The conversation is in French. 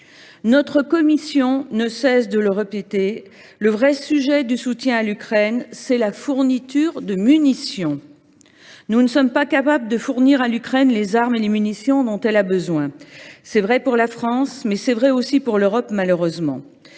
Notre commission ne cesse de le répéter : le vrai sujet du soutien à l’Ukraine est la fourniture de munitions. Nous ne sommes pas capables de fournir à ce pays les armes et les munitions dont il a besoin. C’est vrai pour la France, mais malheureusement aussi pour l’Europe. La discrétion